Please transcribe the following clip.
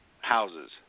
Houses